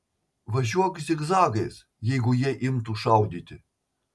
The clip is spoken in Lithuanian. važiuok zigzagais jeigu jie imtų šaudyti